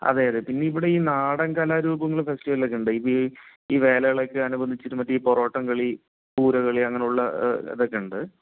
അതെയതെ പിന്നെയിവിടെ ഈ നാടൻകലാരൂപങ്ങൾ ഫെസ്റ്റിവലൊക്കെയുണ്ട് ഈ ഈ വേലകളൊക്കെ അനുബന്ധിച്ചു മറ്റേ ഈ പൊറോട്ടംകളി പൂരകളി അങ്ങനെയുള്ള ഇതൊക്കെയുണ്ട്